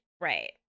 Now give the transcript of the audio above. Right